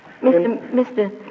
Mr